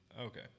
Okay